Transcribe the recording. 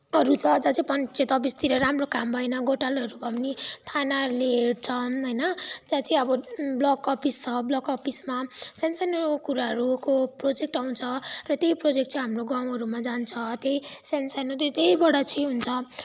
हरू छ जस्तै पञ्चायत अफिसतिर राम्रो काम भएन घोटालाहरू भयो भने थानाहरूले हेर्छन् होइन त्यहाँ चाहिँ अब ब्लक अफिस छ ब्लक अफिसमा सान सानो कुराहरूको प्रोजेक्ट आउँछ र त्यही प्रोजेक्ट चाहिँ हाम्रो गाउँहरूमा जान्छ त्यही सान सानो चाहिँ त्यहीबाट चाहिँ हुन्छ